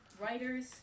writers